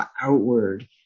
outward